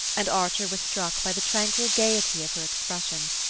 and archer was struck by the tranquil gaiety of her expression.